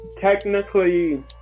technically